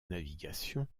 navigation